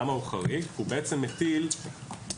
הוא חריג כי הוא בעצם מטיל איסורי